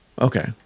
okay